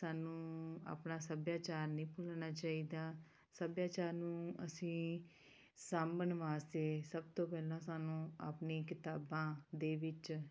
ਸਾਨੂੰ ਆਪਣਾ ਸੱਭਿਆਚਾਰ ਨਹੀਂ ਭੁੱਲਣਾ ਚਾਹੀਦਾ ਸੱਭਿਆਚਾਰ ਨੂੰ ਅਸੀਂ ਸਾਂਭਣ ਵਾਸਤੇ ਸਭ ਤੋਂ ਪਹਿਲਾਂ ਸਾਨੂੰ ਆਪਣੀ ਕਿਤਾਬਾਂ ਦੇ ਵਿੱਚ